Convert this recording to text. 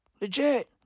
Legit